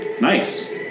Nice